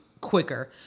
quicker